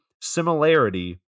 similarity